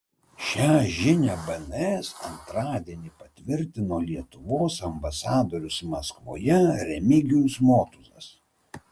šią žinią bns antradienį patvirtino lietuvos ambasadorius maskvoje remigijus motuzas